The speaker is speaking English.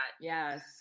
Yes